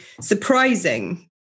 surprising